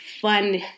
fun